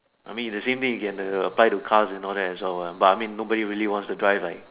I mean in the same day can lah apply cars you know the answer one but I mean nobody wants to drive right